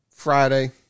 Friday